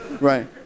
Right